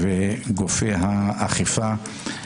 שהמשטרה וגופי האכיפה,